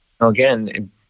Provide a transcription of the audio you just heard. again